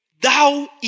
thou